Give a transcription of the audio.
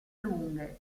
lunghe